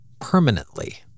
permanently